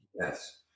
Yes